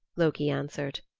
loki answered.